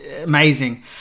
amazing